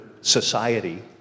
society